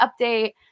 update